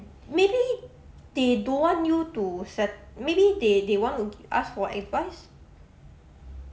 maybe they don't want you to set~ maybe they they want to ask for advice